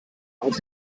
auf